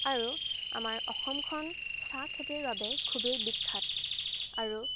আৰু আমাৰ অসমখন চাহ খেতিৰ বাবে খুবেই বিখ্যাত আৰু